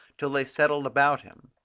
till they settled about him.